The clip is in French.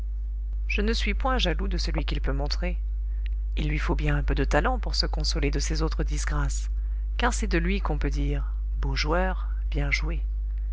je ne suis point jaloux de celui qu'il peut montrer il lui faut bien un peu de talent pour se consoler de ses autres disgrâces car c'est de lui qu'on peut dire beau joueur bien joué